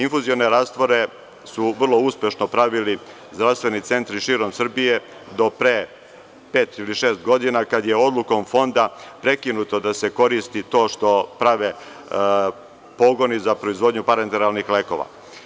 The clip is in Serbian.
Infuzione rastvore su vrlo uspešno pravili zdravstveni centri širom Srbije do pre pet ili šest godina, kada je odlukom Fonda prekinuto da se koristi to što prave pogoni za proizvodnju parenteralnih lekova.